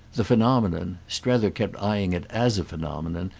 the phenomenon strether kept eyeing it as a phenomenon,